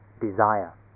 Desire